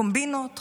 קומבינות,